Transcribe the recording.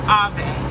ave